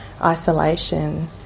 isolation